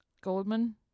Goldman